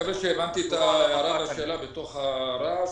מקווה שהבנתי את השאלה בתוך הרעש.